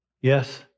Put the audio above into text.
Yes